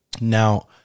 now